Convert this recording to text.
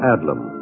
Adlam